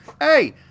Hey